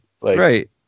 Right